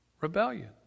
Rebellion